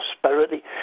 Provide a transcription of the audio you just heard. prosperity